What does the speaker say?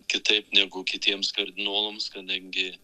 kitaip negu kitiems kardinolams kadangi